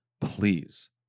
Please